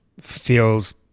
feels